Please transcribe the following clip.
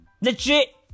Legit